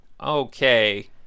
Okay